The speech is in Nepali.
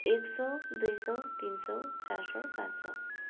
एक सौ दुई सौ तिन सौ चार सौ पाँच सौ